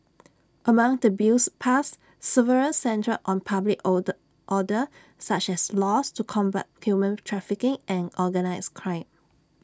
among the bills passed several centred on public order order such as laws to combat human trafficking and organised crime